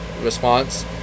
response